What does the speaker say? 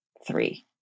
three